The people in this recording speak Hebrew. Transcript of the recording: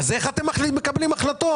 אז איך אתם מקבלים החלטות?